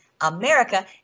America